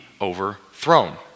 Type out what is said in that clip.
overthrown